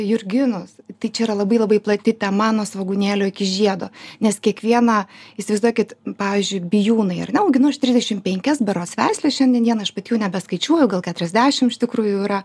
jurginus tai čia yra labai labai plati tema nuo svogūnėlio iki žiedo nes kiekvieną įsivaizduokit pavyzdžiui bijūnai ar ne auginu aš trisdešim penkias berods veisles šiandien dieną aš pati jų nebeskaičiuoju gal keturiasdešim iš tikrųjų jų yra